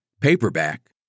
paperback